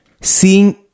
seeing